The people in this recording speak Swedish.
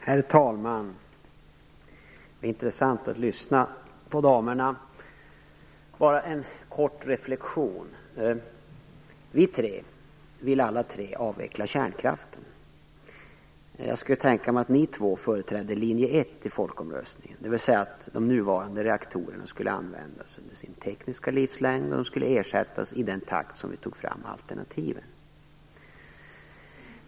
Herr talman! Det är intressant att lyssna på damerna. Bara en kort reflexion: Vi tre vill alla avveckla kärnkraften. Jag skulle tro att ni två företrädde linje 1 i folkomröstningen, dvs. de nuvarande reaktorerna skulle användas under sin tekniska livslängd och de skulle ersättas i den takt som vi tog fram alternativen.